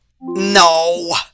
No